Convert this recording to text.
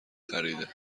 خریده